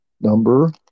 number